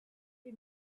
you